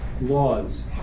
laws